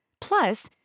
Plus